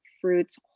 fruits